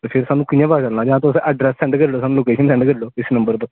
फिर सानूं कि'यां पता लग्गना जां सानूं अड्रैस सैंड करी ओड़ो सानूं लोकेशन सैंड करी ओड़ो